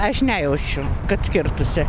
aš nejaučiu kad skirtųsi